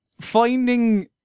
finding